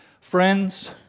Friends